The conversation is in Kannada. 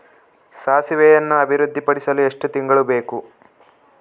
ಸಾಸಿವೆಯನ್ನು ಅಭಿವೃದ್ಧಿಪಡಿಸಲು ಎಷ್ಟು ತಿಂಗಳು ಬೇಕು?